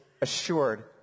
assured